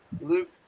Luke